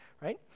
right